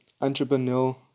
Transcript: Entrepreneur